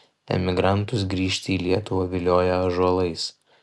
emigrantus grįžti į lietuvą vilioja ąžuolais